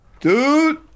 Dude